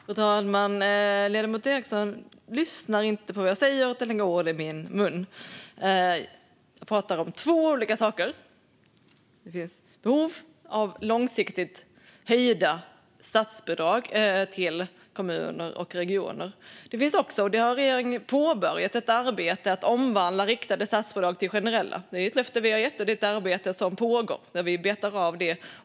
Fru talman! Ledamoten Ericson lyssnar inte på vad jag säger utan lägger ord i min mun. Jag pratar om två olika saker. Det finns behov av långsiktigt höjda statsbidrag till kommuner och regioner. Regeringen har också påbörjat ett arbete med att omvandla riktade statsbidrag till generella. Det är ett löfte vi har gett, och det är ett arbete som pågår. Vi betar av det.